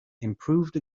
improved